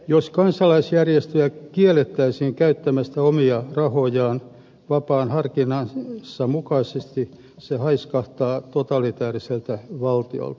jos kansalaisjärjestöjä kiellettäisiin käyttämästä omia rahojaan vapaan harkintansa mukaisesti se haiskahtaisi totalitääriseltä valtiolta